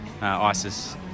ISIS